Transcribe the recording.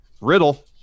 Riddle